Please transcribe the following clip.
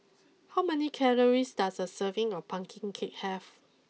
how many calories does a serving of Pumpkin Cake have